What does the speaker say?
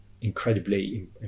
Incredibly